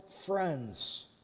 friends